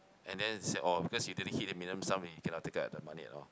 and then they say orh because you didn't hit the minimum sum you cannot take out the money at all